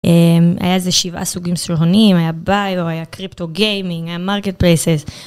היה איזה שבעה סוגים שונים, היה ביו, היה קריפטו גיימינג, היה מרקטפלייסס.